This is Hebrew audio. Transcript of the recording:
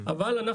אבל,